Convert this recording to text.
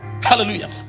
Hallelujah